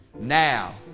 Now